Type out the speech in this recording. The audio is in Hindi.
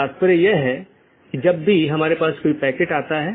तो यह ऐसा नहीं है कि यह OSPF या RIP प्रकार के प्रोटोकॉल को प्रतिस्थापित करता है